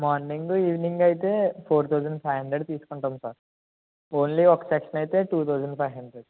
morning evening అయితే four thousand five hundred తీస్కుంటాం sir only ఒక సెషన్ అయితే టూ తౌసండ్ ఫైవ్ హండ్రెడ్